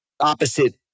opposite